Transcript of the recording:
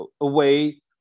away